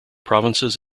provinces